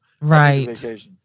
Right